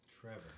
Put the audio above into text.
Trevor